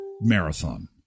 marathon